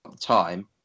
time